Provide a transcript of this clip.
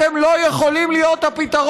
אתם לא יכולים להיות הפתרון,